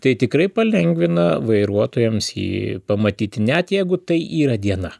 tai tikrai palengvina vairuotojams jį pamatyti net jeigu tai yra diena